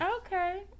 okay